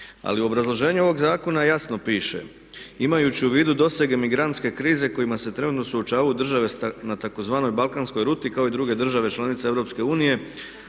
Ali u obrazloženju ovog zakona jasno piše, imajući u vidu dosege migrantske krize s kojima se trenutno suočavaju države na tzv. Balkanskoj ruti kao i druge države članice Europske unije